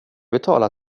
betala